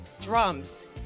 Drums